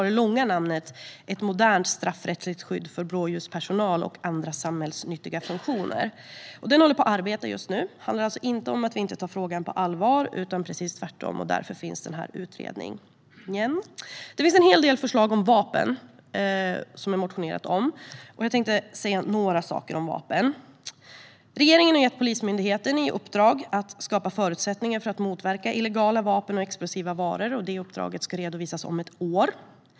Det långa namnet är Ett modernt straffrättsligt skydd för blåljuspersonal och andra samhällsnyttiga funktioner . Utredningen arbetar just nu. Det handlar alltså inte om att vi inte tar frågan på allvar, utan det är precis tvärtom. Därför finns utredningen. Det finns en hel del motionsförslag om vapen. Jag tänkte säga några saker om vapen. Regeringen har gett Polismyndigheten i uppdrag att skapa förutsättningar för att motverka illegala vapen och explosiva varor. Det uppdraget ska redovisas om ett år.